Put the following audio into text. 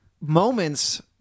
moments